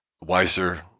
wiser